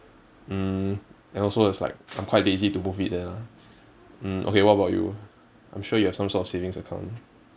mm and also is like I'm quite lazy to move it there lah mm okay what about you I'm sure you have some sort of savings account